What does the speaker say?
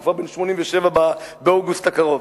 הוא כבר בן 87 באוגוסט הקרוב.